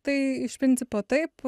tai iš principo taip